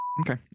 okay